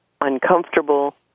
uncomfortable